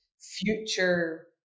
future